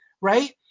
right